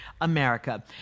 America